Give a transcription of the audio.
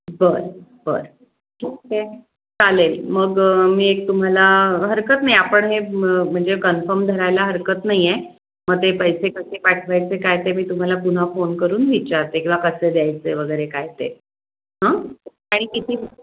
बर बर ठीक आहे चालेल मग मी एक तुम्हाला हरकत नाही आपण हे म म्हणजे कन्फम धरायला हरकत नाही आहे मग ते पैसे कसे पाठवायचे काय ते मी तुम्हाला पुन्हा फोन करून विचारते किंवा कसे द्यायचे वगैरे काय ते हं आणि किती